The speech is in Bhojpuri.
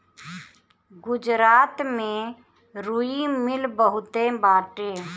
गुजरात में रुई मिल बहुते बाटे